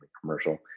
commercial